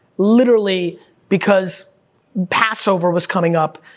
literally because passover was coming up,